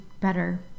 better